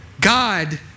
God